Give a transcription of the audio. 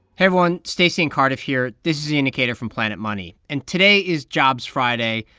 everyone. stacey and cardiff here. this is the indicator from planet money. and today is jobs friday,